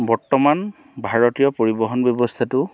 বৰ্তমান ভাৰতীয় পৰিবহণ ব্যৱস্থাটো